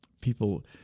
people